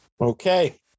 okay